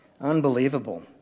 Unbelievable